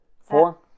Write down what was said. Four